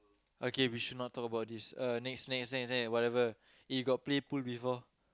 okay we should not talk about this uh next next next next whatever eh you got play pool before